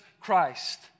Christ